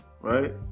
right